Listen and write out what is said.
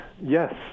Yes